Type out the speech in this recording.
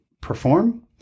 perform